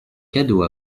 cadeau